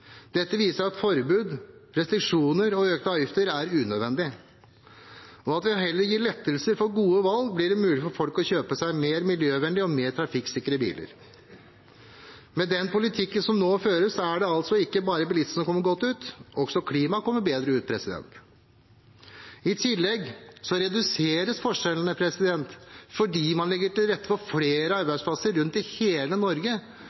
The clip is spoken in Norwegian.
Dette viser at forbud, restriksjoner og økte avgifter er unødvendig. Ved heller å gi lettelser for gode valg blir det mulig for folk å kjøpe seg mer miljøvennlige og trafikksikre biler. Med den politikken som nå føres, er det altså ikke bare bilistene som kommer godt ut; også klimaet kommer bedre ut. I tillegg reduseres forskjellene fordi man legger til rette for flere arbeidsplasser rundt i hele Norge